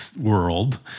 world